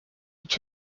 age